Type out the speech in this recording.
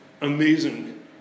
amazing